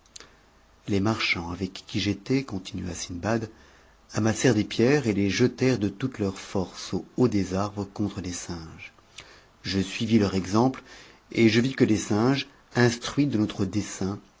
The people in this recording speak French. les marchands avec qui j'étais continua sindbad amassèrent des pierres et les jetèrent de toute leur force au haut des arbres contre les singes je suivis leur exemple et je vis que les singes instruits de notre dessein